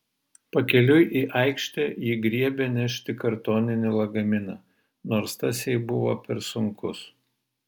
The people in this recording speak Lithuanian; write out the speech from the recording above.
pakeliui į aikštę ji griebė nešti kartoninį lagaminą nors tas jai buvo per sunkus